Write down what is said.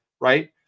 right